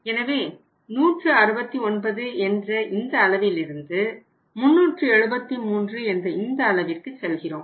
எனவே 169 என்ற இந்த அளவிலிருந்து 373 இந்த அளவிற்கு செல்கிறோம்